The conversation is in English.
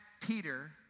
Peter